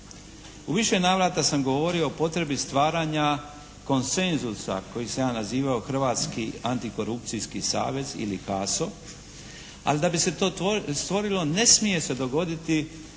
U više navrata sam govorio o potrebi stvaranja konsenzusa koji sam ja nazivao hrvatski antikorupcijski savez ili "haso" ali da bi se to stvorilo ne smije se dogoditi